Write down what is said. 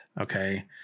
okay